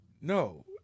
No